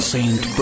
Saint